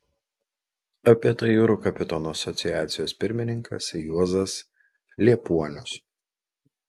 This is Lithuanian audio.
apie tai jūrų kapitonų asociacijos pirmininkas juozas liepuonius